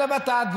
של הוות"ת,